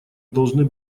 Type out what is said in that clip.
должны